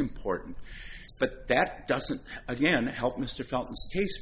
important but that doesn't again help mr felt